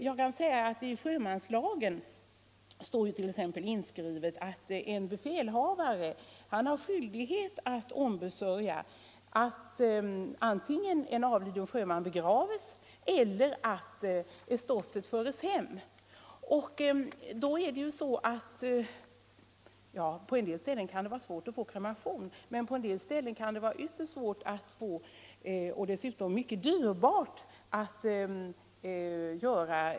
Jag kan tala om att det t.ex. i sjömanslagen står skrivet att en befälhavare har skyldighet att ombesörja antingen att en avliden sjöman begravs eller att stoftet föres hem. På en del ställen kan det vara svårt att få kremering, och balsameringen är dessutom mycket dyrbar att göra.